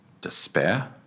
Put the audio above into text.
Despair